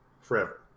forever